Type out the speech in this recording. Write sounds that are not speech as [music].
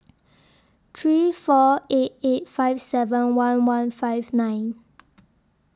three four eight eight five seven one one five nine [noise]